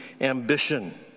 ambition